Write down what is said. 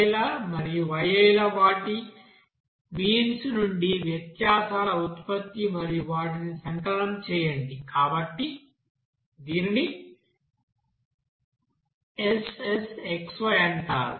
Xi ల మరియు Yi ల వాటి మీన్స్ నుండి వ్యత్యాసాల ఉత్పత్తి మరియు వాటిని సంకలనం చేయండి కాబట్టి దీనిని SSxy అంటారు